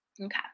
Okay